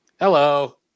Hello